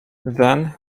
then